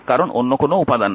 কারণ অন্য কোনও উপাদান নেই